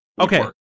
Okay